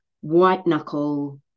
white-knuckle